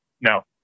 No